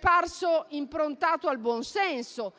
parsa improntata al buonsenso